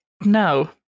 No